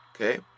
Okay